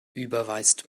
überweist